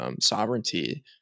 sovereignty